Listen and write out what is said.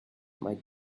might